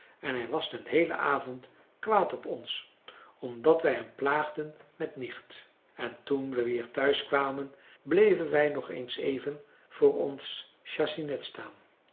en hij was den heelen avond kwaad op ons omdat wij hem plaagden met nicht en toen we weer thuis kwamen bleven wij nog eens even voor ons chassinet staan